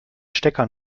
stecker